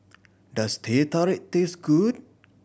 does Teh Tarik taste good